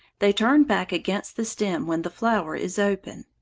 they turn back against the stem when the flower is open.